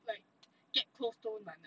like get close 都难 ah